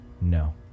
No